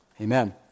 Amen